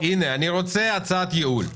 אני רוצה להציע הצעת ייעול.